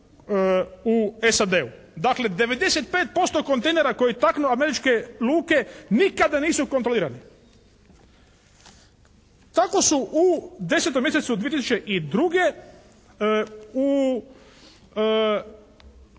u SAD-u. Dakle 95% kontejnera koji taknu američke luke nikada nisu kontrolirani. Tako su u 10. mjesecu 2002. u